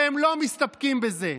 והם לא מסתפקים בזה.